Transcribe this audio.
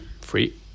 free